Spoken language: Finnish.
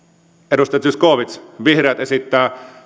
edustaja zyskowicz vihreät esittävät